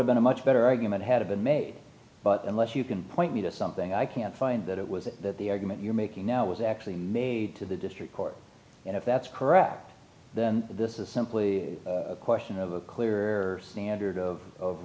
have been a much better argument had been made unless you can point me to something i can't find that it was the argument you're making now it was actually made to the district court and if that's correct then this is simply a question of a clear standard of